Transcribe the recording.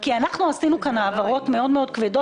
כי אנחנו עשינו כאן העברות מאוד-מאוד כבדות.